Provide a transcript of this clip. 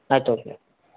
ಆಯ್ತು ಓಕೆ